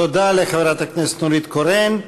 תודה לחברת הכנסת נורית קורן.